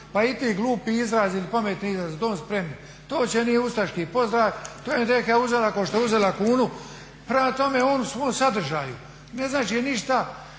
pa i ti glupi izrazi ili pametni izrazi ″za dom spremni″, to uopće nije ustaški pozdrav, to je … uzela kao što je uzela kunu. Prema tome, on u svom sadržaju ne znači ništa